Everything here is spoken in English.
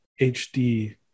HD